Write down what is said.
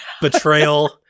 Betrayal